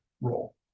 role